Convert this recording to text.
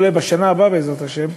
אולי בשנה הבאה בעזרת השם,